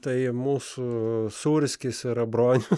tai mūsų sūrskis yra bronius